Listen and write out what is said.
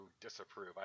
disapprove